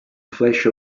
flash